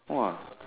!wah!